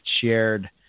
shared